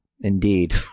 Indeed